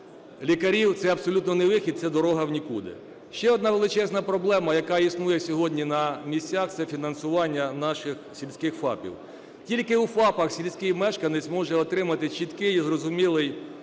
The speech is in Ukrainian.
це абсолютно не вихід, це дорога в нікуди. Ще одна величезна проблема, яка існує сьогодні на місцях, – це фінансування наших сільських ФАПів. Тільки у ФАПах сільський мешканець може отримати чіткий і зрозумілий